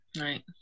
Right